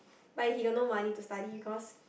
but he got no money to study because